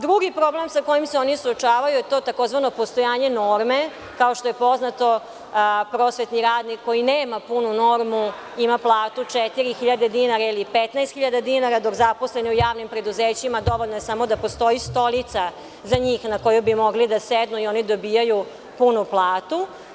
Drugi problem sa kojim se oni suočavaju je to takozvano postojanje norme, kao što je poznato prosvetni radnik koji nema punu normu ima platu 4.000 dinara, ili 15.000 dinara, dok zaposleni u javnim preduzećima, dovoljno je samo da postoji stolica za njih na koju bi mogli da sednu i oni dobijaju punu platu.